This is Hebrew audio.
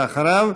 ואחריו,